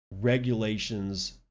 regulations